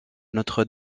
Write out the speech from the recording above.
notre